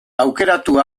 aukeratu